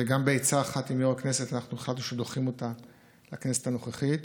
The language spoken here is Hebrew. ובעצה אחת עם יו"ר הכנסת אנחנו החלטנו שדוחים אותן לכנסת הנוכחית: